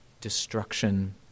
destruction